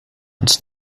uns